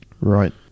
right